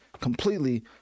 completely